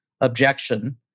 objection